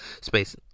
space